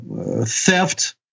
theft